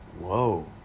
whoa